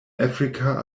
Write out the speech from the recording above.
africa